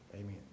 amen